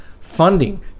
funding